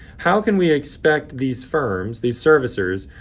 how can we expect these firms, these servicers,